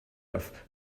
off